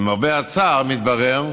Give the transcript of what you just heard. למרבה הצער, מתברר